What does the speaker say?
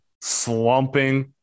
slumping